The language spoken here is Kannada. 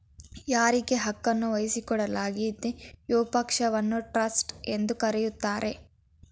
ಯಾರಿಗೆ ಹಕ್ಕುನ್ನ ವಹಿಸಿಕೊಡಲಾಗಿದೆಯೋ ಪಕ್ಷವನ್ನ ಟ್ರಸ್ಟಿ ಎಂದು ಕರೆಯುತ್ತಾರೆ